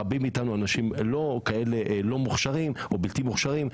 רבים מאתנו אנשים לא מוכשרים או בלתי-מוכשרים,